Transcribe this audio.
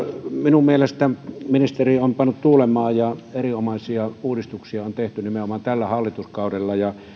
minun mielestäni ministeri on pannut tuulemaan ja erinomaisia uudistuksia on tehty nimenomaan tällä hallituskaudella